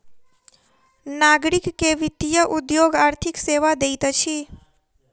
नागरिक के वित्तीय उद्योग आर्थिक सेवा दैत अछि